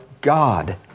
God